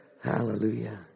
Hallelujah